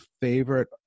favorite